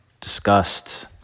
disgust